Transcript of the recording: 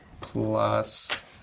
plus